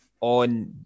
on